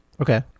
Okay